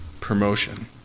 promotion